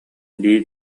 дии